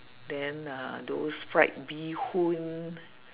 then uh those fried bee hoon